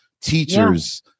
teachers